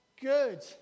good